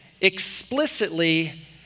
explicitly